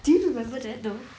do you remember that though